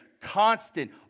Constant